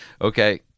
Okay